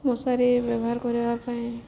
ମଶାରୀ ବ୍ୟବହାର କରିବା ପାଇଁ